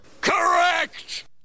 Correct